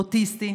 אוטיסט,